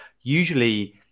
usually